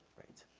right.